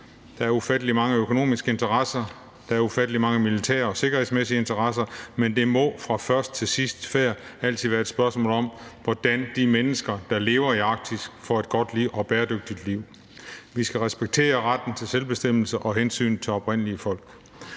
Der er ufattelig mange økonomiske interesser, der er ufattelig mange militære og sikkerhedsmæssige interesser i Arktis, men det må fra først til sidst altid være et spørgsmål om, hvordan de mennesker, der lever i Arktis, får et godt og bæredygtigt liv. Vi skal respektere retten til selvbestemmelse og hensynet til oprindelige folk.